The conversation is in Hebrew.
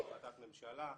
בהחלטת ממשלה,